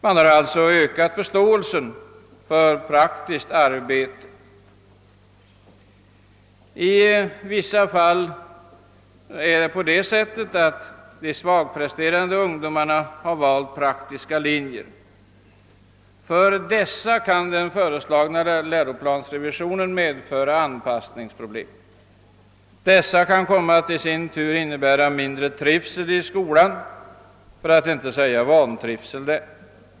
Man har alltså på detta sätt ökat förståelsen för praktiskt arbete. I vissa fall har de svagpresterande ungdomarna valt praktiska linjer, och för dem kan den föreslagna läroplansrevisionen innebära anpassningsproblem. Detta kan i sin tur medföra mindre trivsel i skolan, för att inte säga vantrivsel.